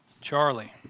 Charlie